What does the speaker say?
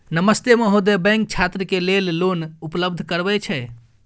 नमस्ते महोदय, बैंक छात्र के लेल लोन उपलब्ध करबे छै?